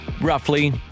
Roughly